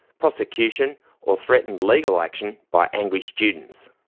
prosecution or threatened legal action by angry students.